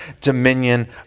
dominion